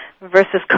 versus